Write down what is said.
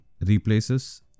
replaces